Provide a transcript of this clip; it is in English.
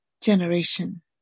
generation